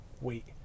wait